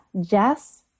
Jess